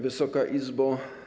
Wysoka Izbo!